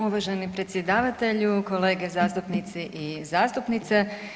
Uvaženi predsjedavatelju, kolege zastupnici i zastupnice.